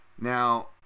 Now